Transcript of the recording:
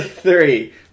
Three